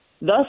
Thus